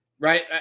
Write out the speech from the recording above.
right